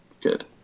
good